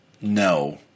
No